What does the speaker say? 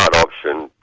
option,